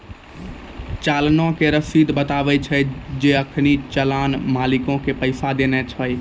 चलानो के रशीद बताबै छै जे अखनि चलान मालिको के पैसा देना छै